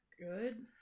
good